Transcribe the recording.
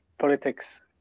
politics